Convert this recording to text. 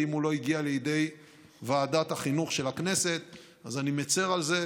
ואם הוא לא הגיע לידי ועדת החינוך של הכנסת אז אני מצר על זה,